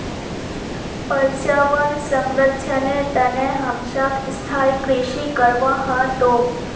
पर्यावन संरक्षनेर तने हमसाक स्थायी कृषि करवा ह तोक